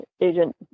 agent